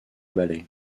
ballets